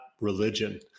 religion